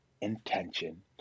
intention